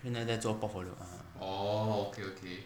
现在在做 portfolio ah 对